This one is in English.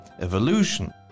evolution